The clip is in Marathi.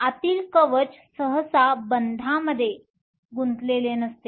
आतील कवच सहसा बंधामध्ये गुंतलेले नसते